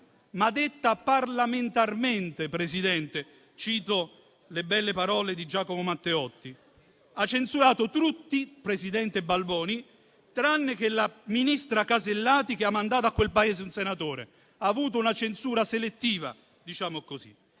ma detta "parlamentarmente", Presidente. Cito le belle parole di Giacomo Matteotti. Ha censurato tutti, presidente Balboni, tranne che la ministra Casellati, che ha mandato a quel paese un senatore. Ha avuto una censura selettiva, diciamo così.